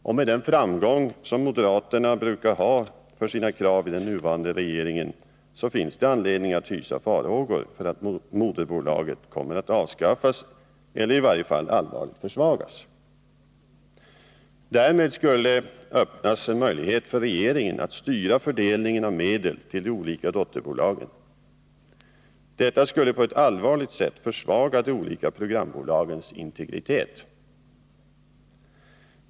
Och med den framgång för sina krav som moderaterna brukar ha i den nuvarande regeringen finns det anledning att hysa farhågor för att moderbolaget kommer att avskaffas eller i varje fall allvarligt försvagas. Därmed skulle öppnas en möjlighet för regeringen att styra fördelningen av medel till de olika dotterbolagen. Detta skulle på ett allvarligt sätt försvaga de olika programbolagens integritet.